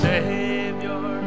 Savior